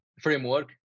framework